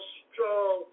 strong